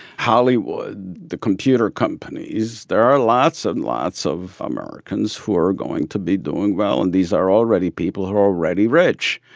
hollywood, the computer companies. there are lots and lots of americans who are going to be doing well and these are already people who are already rich.